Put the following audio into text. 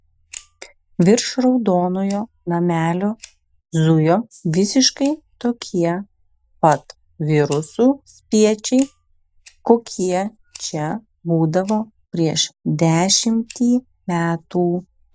virš raudonojo namelio zujo visiškai tokie pat virusų spiečiai kokie čia būdavo prieš dešimtį metų